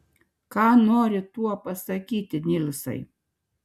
ką nori tuo pasakyti nilsai